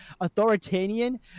authoritarian